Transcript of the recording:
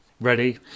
Ready